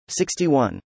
61